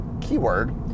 keyword